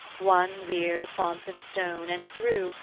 one reared a font of stone and drew,